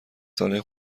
ساله